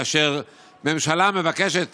כאשר ממשלה מבקשת